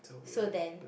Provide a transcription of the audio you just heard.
so then